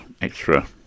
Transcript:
extra